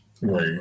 Right